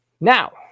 Now